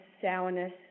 sourness